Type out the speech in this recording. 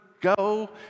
Go